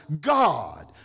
God